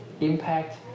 impact